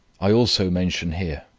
i also mention here,